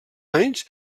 anys